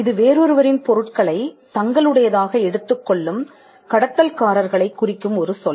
இது வேறொருவரின் பொருட்களை தங்களுடையதாக எடுத்துக்கொள்ளும் கடத்தல்காரர்களைக் குறிக்கும் ஒரு சொல்